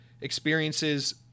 experiences